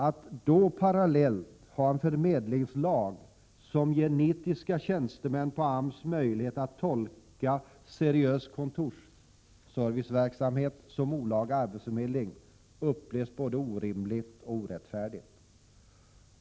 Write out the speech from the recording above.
Att då parallellt ha en förmedlingslag som ger nitiska tjänstemän på AMS möjlighet till tolkningen att seriös kontorsserviceverksamhet skulle vara olaga arbetsförmedling upplevs som både orimligt och orättfärdigt.